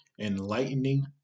enlightening